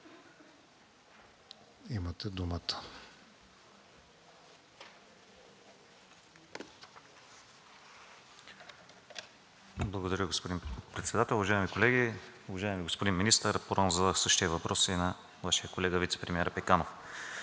(ГЕРБ-СДС): Благодаря, господин Председател. Уважаеми колеги! Уважаеми господин Министър, по-рано зададох същия въпрос и на Вашия колега – вицепремиера Пеканов.